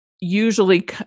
usually